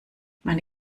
meine